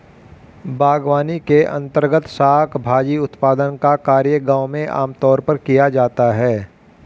बागवानी के अंर्तगत शाक भाजी उत्पादन का कार्य गांव में आमतौर पर किया जाता है